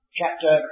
chapter